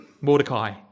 Mordecai